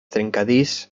trencadís